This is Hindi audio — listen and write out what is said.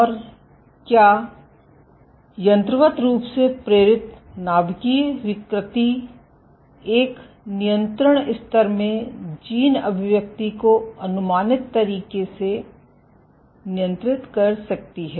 और क्या यंत्रवत रूप से प्रेरित नाभिकीय विकृति एक नियंत्रण स्तर में जीन अभिव्यक्ति को अनुमानित तरीके से नियंत्रित कर सकती है